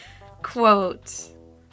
Quote